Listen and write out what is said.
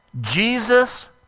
Jesus